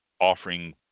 offering